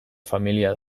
familia